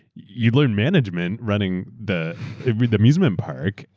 you learn management running the the amusement park,